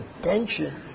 attention